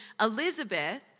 Elizabeth